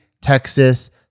Texas